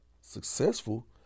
successful